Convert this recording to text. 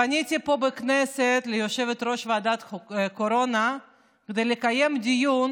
פניתי פה בכנסת ליושבת-ראש ועדת קורונה כדי לקיים דיון